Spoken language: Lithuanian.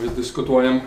vis diskutuojam